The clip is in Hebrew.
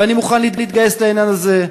ואני מוכן להתגייס לעניין הזה.